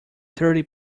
thirty